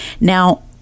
Now